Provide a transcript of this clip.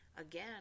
Again